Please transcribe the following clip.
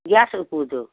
gas ꯎꯄꯨꯗꯨ